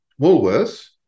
Woolworths